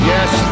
Yes